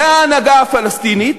וההנהגה הפלסטינית,